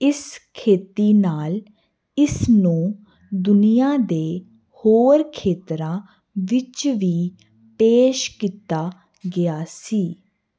ਇਸ ਖੇਤੀ ਨਾਲ ਇਸ ਨੂੰ ਦੁਨੀਆ ਦੇ ਹੋਰ ਖੇਤਰਾਂ ਵਿੱਚ ਵੀ ਪੇਸ਼ ਕੀਤਾ ਗਿਆ ਸੀ